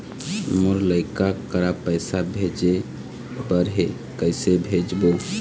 मोर लइका करा पैसा भेजें बर हे, कइसे भेजबो?